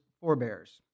forebears